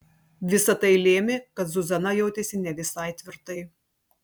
visa tai lėmė kad zuzana jautėsi ne visai tvirtai